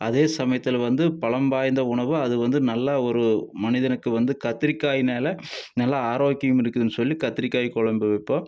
அதே சமயத்தில் வந்து பழமைவாய்ந்த உணவு அது வந்து நல்லா ஒரு மனிதனுக்கு வந்து கத்தரிக்காய்னால் நல்லா ஆரோக்கியம் இருக்குதுன்னு சொல்லி கத்தரிக்காய் குழம்பு வைப்போம்